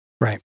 Right